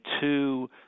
two